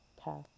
path